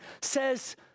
says